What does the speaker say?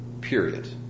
Period